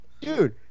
dude